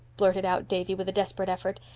blurted out davy, with a desperate effort.